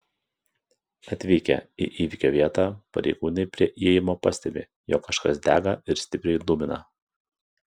atvykę į įvykio vietą pareigūnai prie įėjimo pastebi jog kažkas dega ir stipriai dūmina